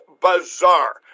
bizarre